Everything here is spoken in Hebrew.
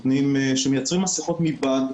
שמייצרים מסיכות מבד,